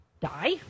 die